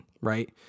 right